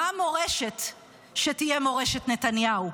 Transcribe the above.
מה המורשת שתהיה מורשת נתניהו?